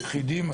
יחידים?